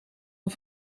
een